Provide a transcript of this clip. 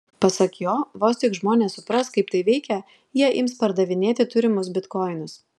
pasak jo vos tik žmonės supras kaip tai veikia jie ims pardavinėti turimus bitkoinus